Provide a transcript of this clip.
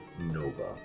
Nova